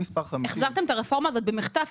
החזרתם את הרפורמה הזאת במחטף.